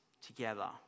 together